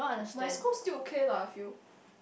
my school still okay lah I feel